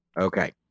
okay